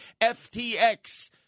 FTX